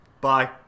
Bye